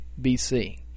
BC